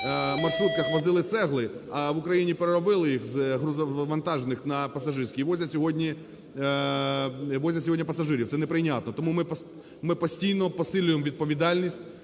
маршрутках возили цегли, а в Україні переробили їх з грузовантажних на пасажирські і возять сьогодні пасажирів, це неприйнятно. Тому ми постійно посилюємо відповідальність